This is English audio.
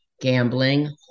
Gambling